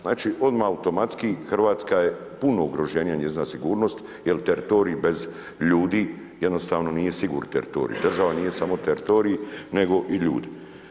Znači odmah automatski Hrvatska je puno ugroženija njezina sigurnost, jer teritorij bez ljudi jednostavno nije siguran teritorij, država nije samo teritorij, nego i ljudi.